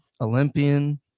Olympian